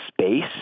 space